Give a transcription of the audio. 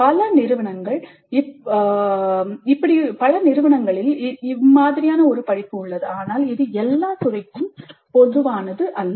பல நிறுவனங்களில் இப்படி ஒரு படிப்பு உள்ளது ஆனால் இது எல்லா துறைக்கும் பொதுவானதல்ல